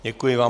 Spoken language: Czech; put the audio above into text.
Děkuji vám.